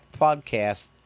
podcast